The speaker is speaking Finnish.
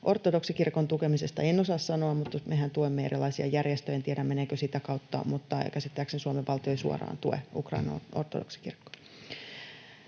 Ortodoksikirkon tukemisesta en osaa sanoa, mutta mehän tuemme erilaisia järjestöjä. En tiedä, meneekö sitä kautta, mutta käsittääkseni Suomen valtio ei suoraan tue Ukrainan ortodoksikirkkoa.